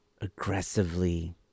aggressively